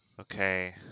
okay